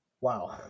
Wow